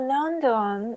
London